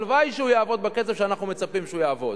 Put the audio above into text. הלוואי שהוא יעבוד בקצב שאנחנו מצפים שהוא יעבוד.